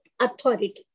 authority